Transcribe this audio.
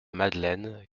madeleine